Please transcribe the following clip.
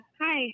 Hi